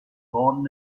von